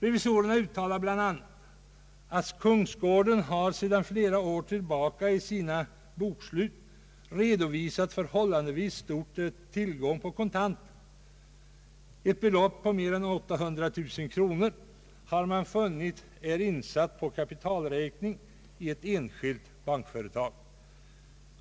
Revisorerna uttalar bl.a. att kungsgården sedan flera år i sina bokslut har redovisat förhållandevis stor tillgång på kontanter. Man har funnit att mer än 800 000 kronor är insatta på kapitalräkning i ett enskilt bankföretag.